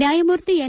ನ್ಯಾಯಮೂರ್ತಿ ಎನ್